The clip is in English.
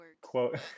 quote